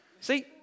See